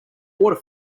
water